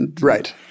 Right